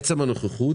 עצם הנוכחות